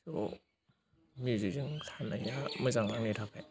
औ मिउजिकजों थानाया मोजां आंनि थाखाय